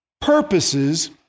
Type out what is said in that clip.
purposes